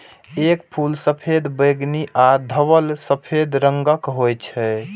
एकर फूल सफेद, बैंगनी आ धवल सफेद रंगक होइ छै